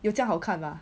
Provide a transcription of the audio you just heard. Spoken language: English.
有这样好看 mah